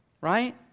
right